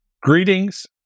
greetings